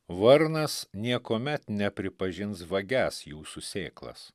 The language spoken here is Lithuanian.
varnas niekuomet nepripažins vagiąs jūsų sėklas